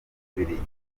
bubiligi